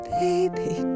baby